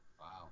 Wow